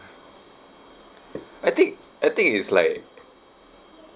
I think I think it's like